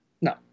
No